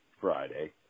Friday